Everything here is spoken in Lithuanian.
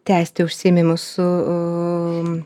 tęsti užsiėmimus su